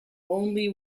only